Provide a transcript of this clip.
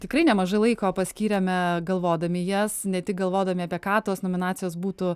tikrai nemažai laiko paskyrėme galvodami jas ne tik galvodami apie ką tos nominacijos būtų